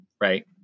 right